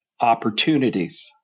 opportunities